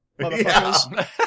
motherfuckers